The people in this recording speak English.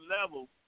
level